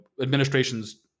administrations